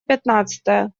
пятнадцатая